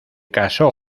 caso